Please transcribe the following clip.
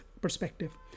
perspective